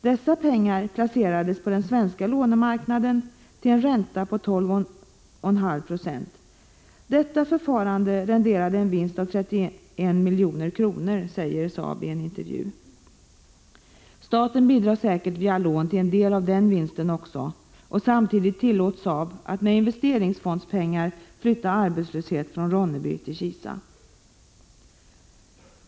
Dessa pengar placerades på den svenska lånemarknaden till en ränta på 12,5 9. Detta förfarande gav en vinst på 31 milj.kr., framhöll man vidare. Genom lån bidrar staten säkert till en del av även denna vinst. Samtidigt tillåts Saab-Scania att med investeringsfondspengar flytta arbetslöshet från Ronneby till Kisa.